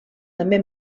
també